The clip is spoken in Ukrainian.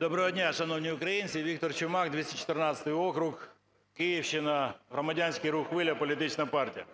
Доброго дня, шановні українці! Віктор Чумак, 214 округ, Київщина, Громадянський рух "Хвиля", політична партія.